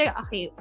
okay